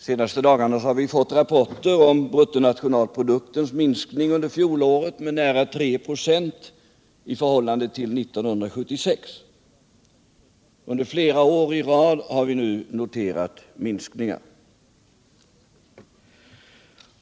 Senaste dagarna har vi fått rapporter om bruttonationalproduktens minskning under fjolåret med nära 3 26 i förhållande till 1976. Under flera år i rad har vi nu noterat minskningar.